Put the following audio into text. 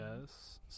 yes